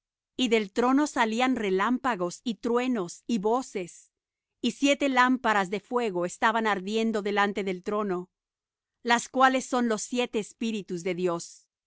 y del trono salían relámpagos y truenos y voces y siete lámparas de fuego estaban ardiendo delante del trono las cuales son los siete espíritus de dios